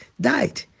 died